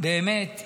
באמת,